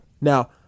Now